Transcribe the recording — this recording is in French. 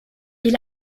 est